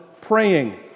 praying